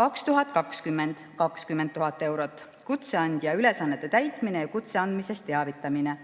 2020: 20 000 eurot, kutseandja ülesannete täitmine ja kutse andmisest teavitamine.